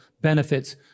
benefits